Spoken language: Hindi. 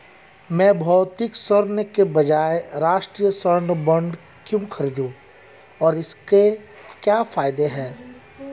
मैं भौतिक स्वर्ण के बजाय राष्ट्रिक स्वर्ण बॉन्ड क्यों खरीदूं और इसके क्या फायदे हैं?